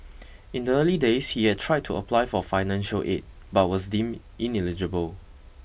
in the early days he had tried to apply for financial aid but was deemed ineligible